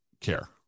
care